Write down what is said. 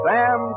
Sam